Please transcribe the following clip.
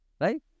right